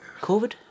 Covid